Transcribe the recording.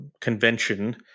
convention